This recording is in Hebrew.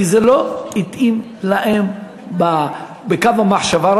כי זה לא התאים להם בקו המחשבה.